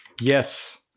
yes